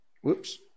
Whoops